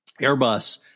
Airbus